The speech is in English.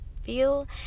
feel